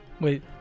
Wait